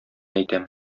әйтәм